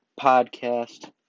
podcast